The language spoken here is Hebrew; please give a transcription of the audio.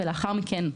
ולאחר מכן,